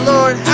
Lord